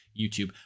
YouTube